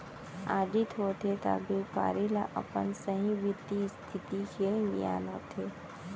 audit होथे त बेपारी ल अपन सहीं बित्तीय इस्थिति के गियान होथे